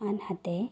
আনহাতে